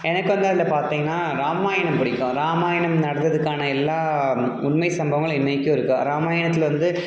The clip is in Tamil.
எனக்கு வந்து அதில் பார்த்தீங்கன்னா ராமாயணம் பிடிக்கும் ராமாயணம் நடந்தததுக்கான எல்லா உண்மைச் சம்பவங்களும் இன்றைக்கும் இருக்குது ராமாயணத்தில் வந்து